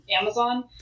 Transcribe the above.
Amazon